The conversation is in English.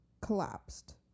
collapsed